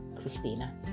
christina